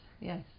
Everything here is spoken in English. yes